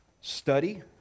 study